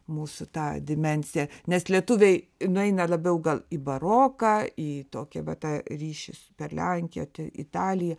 mūsų tą dimensiją nes lietuviai nueina labiau gal į baroką į tokią va tą ryšį s per lenkiją italiją